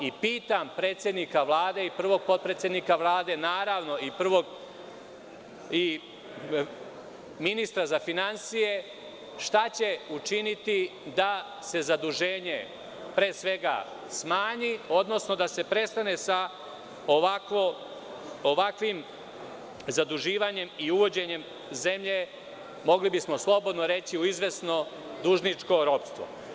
Pitam predsednika Vlade i prvog potpredsednika Vlade, naravno i ministra za finansije šta će učiniti da se zaduženje pre svega smanji, odnosno da se prestane sa ovakvim zaduživanjem i uvođenjem zemlje, mogli bismo slobodno reći, u izvesno dužničko ropstvo?